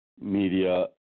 media